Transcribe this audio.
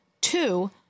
Two